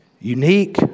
unique